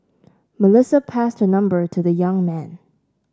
Melissa passed her number to the young man